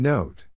Note